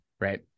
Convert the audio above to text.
right